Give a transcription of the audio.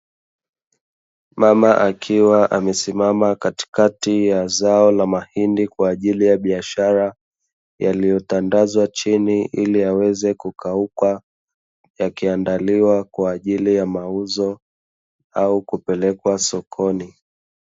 Mama akiwa amesimama katikati ya zao la mahindi kwa ajili ya biashara, yaliyotandazwa chini ili yaweze kukauka yakiandaliwa kwa ajili ya mauzo au upelekwa sokoni.